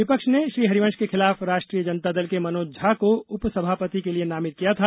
विपक्ष ने श्री हरिवंश के खिलाफ राष्ट्रीय जनता दल के मनोज झा को उपसभापति के लिए नामित किया था